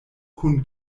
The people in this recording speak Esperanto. kun